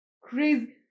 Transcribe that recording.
crazy